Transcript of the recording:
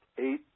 eight